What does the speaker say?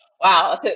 Wow